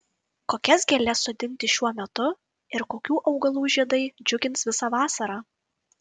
kokias gėles sodinti šiuo metu ir kokių augalų žiedai džiugins visą vasarą